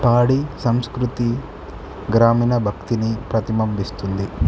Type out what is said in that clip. పాడి సంస్కృతి గ్రామీణ భక్తిని ప్రతిబంబిస్తుంది